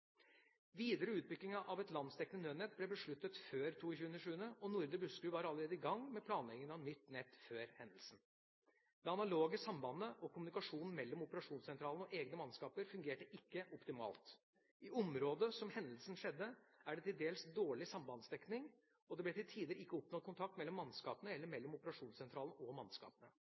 Videre utbygging av et landsdekkende nødnett ble besluttet før 22.7, og Nordre Buskerud var allerede i gang med planlegging av nytt nett før hendelsen. Det analoge sambandet og kommunikasjonen mellom operasjonssentralen og egne mannskaper fungerte ikke optimalt. I området som hendelsen skjedde er det til dels dårlig sambandsdekning, og det ble til tider ikke oppnådd kontakt mellom mannskapene eller mellom operasjonssentralen og mannskapene.